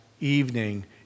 evening